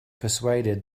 persuaded